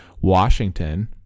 Washington